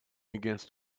against